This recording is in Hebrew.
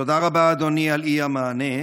תודה רבה, אדוני, על האי-מענה.